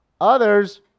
Others